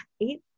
eight